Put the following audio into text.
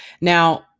Now